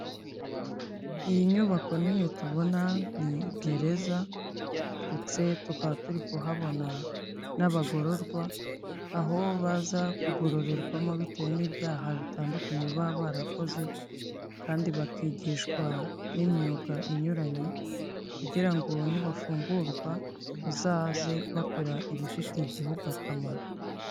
Iyi nyubako nini tubona, ni gereza ndetse tukaba turi kuhabona n'abagororwa, aho baza kugororerwamo bitewe n'ibyaha bitandukanye baba barakoze kandi bakigishwa n'imyuga inyuranye kugira ngo nibafungurwa bazaze bakora ibifitiye igihugu akamaro.